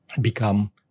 become